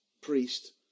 priest